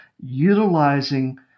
utilizing